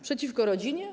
Przeciwko rodzinie?